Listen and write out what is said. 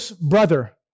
brother